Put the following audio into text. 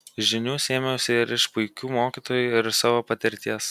žinių sėmiausi ir iš puikių mokytojų ir iš savo patirties